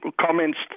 comments